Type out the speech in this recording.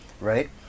right